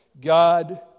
God